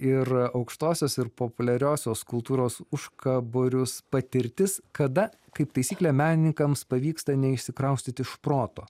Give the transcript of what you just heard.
ir aukštosios ir populiariosios kultūros užkaborius patirtis kada kaip taisyklė menininkams pavyksta neišsikraustyti iš proto